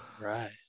Right